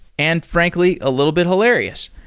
and frankly a little bit hilarious.